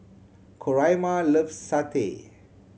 Coraima loves satay